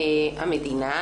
המדינה,